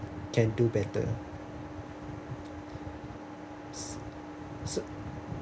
can do better so